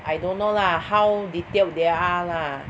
I don't know lah how detailed they are lah